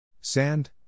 Sand